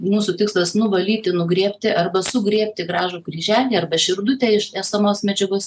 mūsų tikslas nuvalyti nugriebti arba sugriebti gražų kryželį arba širdutę iš esamos medžiagos